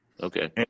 Okay